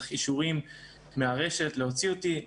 צריך אישורים מן הרשת כדי להוציא אותי.